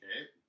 Okay